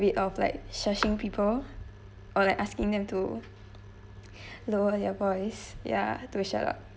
of like searching people or like asking them to lower their voice ya to shut up